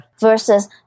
Versus